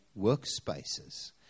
workspaces